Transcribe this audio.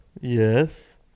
Yes